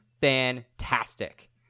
fantastic